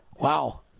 Wow